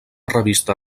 revista